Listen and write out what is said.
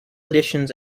editions